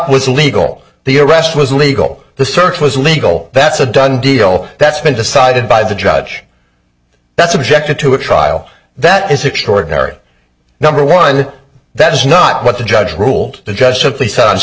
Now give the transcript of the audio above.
was legal the arrest was legal the search was legal that's a done deal that's been decided by the judge that's objected to a trial that is extraordinary number one that is not what the judge ruled the judge